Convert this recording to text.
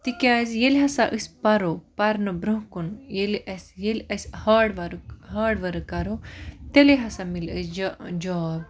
تکیازِ ییٚلہِ ہَسا أسۍ پَرو پَرنہٕ برونٛہہ کُن ییٚلہِ أسۍ ییٚلہِ اَسہِ ہاڈ ورک ہاڈ ورک کَرو تیٚلے ہَسا مِلہِ اَسہِ جاب